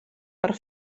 per